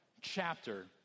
chapter